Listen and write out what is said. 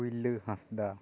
ᱴᱩᱭᱞᱟᱹ ᱦᱟᱸᱥᱫᱟ